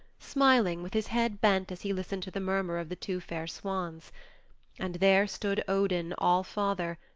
smiling, with his head bent as he listened to the murmur of the two fair swans and there stood odin all-father,